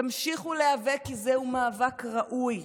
תמשיכו להיאבק, כי זה מאבק ראוי.